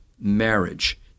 marriage